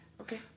Okay